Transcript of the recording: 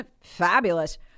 Fabulous